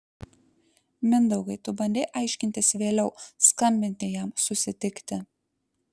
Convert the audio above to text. mindaugai tu bandei aiškintis vėliau skambinti jam susitikti